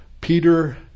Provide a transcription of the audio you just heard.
Peter